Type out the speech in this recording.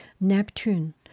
Neptune